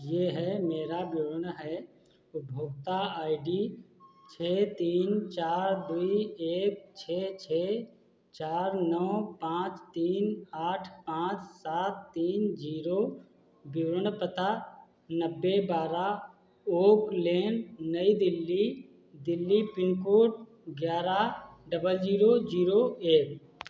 यह है मेरा विवरण है उपभोक्ता आई डी छः तीन चार दो एक छः छः चार नौ पाँच तीन आठ पाँच सात तीन जीरो विवरण पता नब्बे बारह ओक लेन नई दिल्ली दिल्ली पिन कोड ग्यारह डबल जीरो जीरो एक